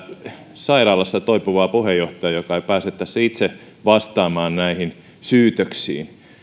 sairaalassa toipuvaa puheenjohtajaa joka ei pääse tässä itse vastaamaan näihin syytöksiin